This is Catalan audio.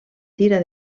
tira